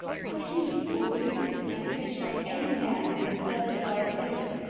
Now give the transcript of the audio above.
could he, or the lucases, have pitched on any man within the circle of our acquaintance,